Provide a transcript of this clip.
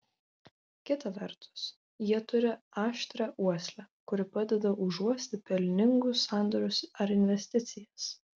kita vertus jie turi aštrią uoslę kuri padeda užuosti pelningus sandorius ar investicijas